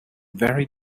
very